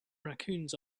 raccoons